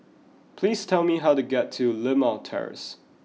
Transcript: please tell me how to get to Limau Terrace